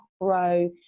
grow